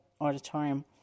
auditorium